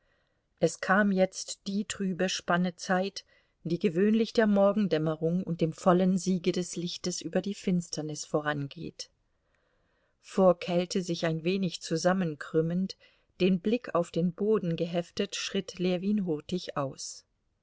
es kam jetzt die trübe spanne zeit die gewöhnlich der morgendämmerung und dem vollen siege des lichtes über die finsternis vorangeht vor kälte sich ein wenig zusammenkrümmend den blick auf den boden geheftet schritt ljewin hurtig aus